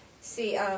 see